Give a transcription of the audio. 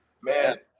man